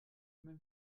immer